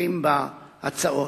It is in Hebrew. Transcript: שתומכים בהצעה.